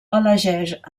elegeix